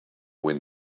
wind